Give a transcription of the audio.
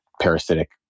parasitic